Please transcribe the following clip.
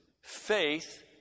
faith